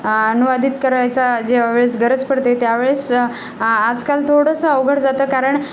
अनुवादित करायचा ज्यावेळेस गरज पडते त्यावेळेस आ आजकाल थोडंसं अवघड जातं कारण